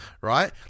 right